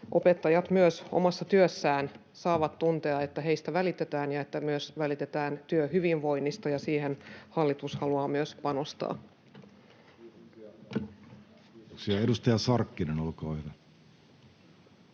opettajat myös omassa työssään saavat tuntea, että heistä välitetään ja että myös välitetään työhyvinvoinnista, ja siihen hallitus haluaa myös panostaa. [Speech 18] Speaker: Jussi